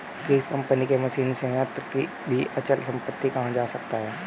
किसी कंपनी के मशीनी संयंत्र को भी अचल संपत्ति कहा जा सकता है